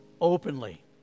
openly